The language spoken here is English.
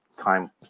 time